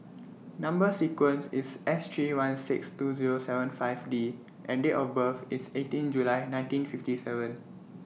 Number sequence IS S three one six two Zero seven five D and Date of birth IS eighteen July nineteen fifty seven